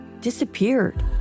disappeared